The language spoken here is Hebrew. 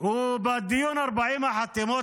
הוא בדיון 40 החתימות.